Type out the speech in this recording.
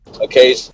Okay